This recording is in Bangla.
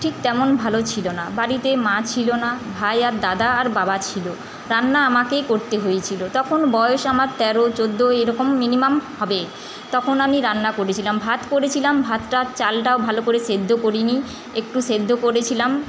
ঠিক তেমন ভালো ছিল না বাড়িতে মা ছিল না ভাই আর দাদা আর বাবা ছিল রান্না আমাকেই করতে হয়েছিলো তখন বয়স আমার তেরো চোদ্দো এরকম মিনিমাম হবে তখন আমি রান্না করেছিলাম ভাত করেছিলাম ভাতটার চালটাও ভালো করে সেদ্ধ করি নি একটু সেদ্ধ করেছিলাম